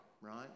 right